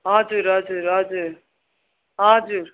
हजुर हजुर हजुर हजुर